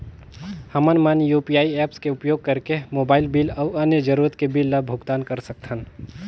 हमन मन UPI apps के उपयोग करिके मोबाइल बिल अऊ अन्य जरूरत के बिल ल भुगतान कर सकथन